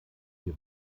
wir